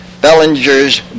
Bellinger's